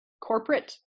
corporate